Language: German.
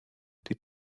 die